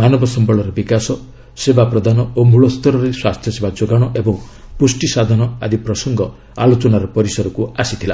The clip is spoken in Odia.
ମାନବ ସମ୍ଭଳର ବିକାଶ ସେବା ପ୍ରଦାନ ଓ ମୂଳସ୍ତରରେ ସ୍ପାସ୍ଥ୍ୟସେବା ଯୋଗାଣ ଏବଂ ପୁଷ୍ଟି ସାଧନ ଆଦି ପ୍ରସଙ୍ଗ ଆଲୋଚନାର ପରିସରକୁ ଆସିଛି